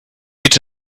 eat